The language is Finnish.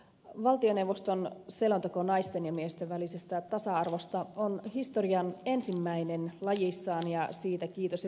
valtioneuvoston selonteko naisten ja miesten välisestä tasa arvosta on historian ensimmäinen lajissaan ja siitä kiitos ja kunnia hallitukselle